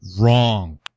Wrong